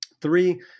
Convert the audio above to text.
Three